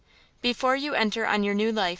before you enter on your new life,